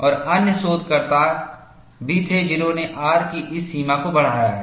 और अन्य शोधकर्ता भी थे जिन्होंने R की इस सीमा को बढ़ाया है